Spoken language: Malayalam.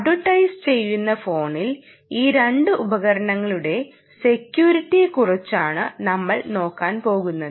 അട്വർടൈസ് ചെയ്യുന്ന ഫോണാണിൽ ഈ രണ്ട് ഉപകരണങ്ങളുടെ സെക്യൂരിറ്റിയെ കുറിച്ചാണ് ടecurity നമ്മൾ നോക്കാൻ പോകുന്നത്